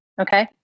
okay